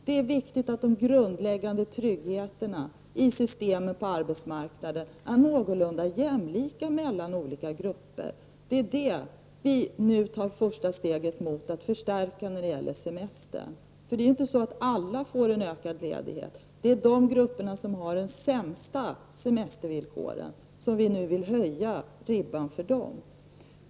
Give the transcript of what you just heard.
Det är viktigt att de grundläggande tryggheterna i systemet på arbetsmarknaden är någorlunda lika för olika grupper. Vi tar nu ett steg för att förstärka jämlikheten när vi fattar detta beslut om semestern. Det är inte så att alla får en utökad ledighet, utan det är de grupper som har de sämsta semestervillkoren. Det är för dessa vi vill höja ribban.